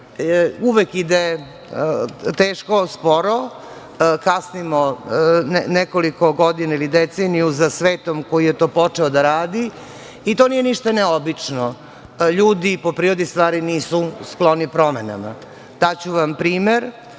uvek ide teško, sporo. Kasnimo nekoliko godina ili deceniju za svetom koji je to počeo da radi. To nije ništa neobično. Ljudi, po prirodi stvari, nisu skloni promenama. Daću vam primer.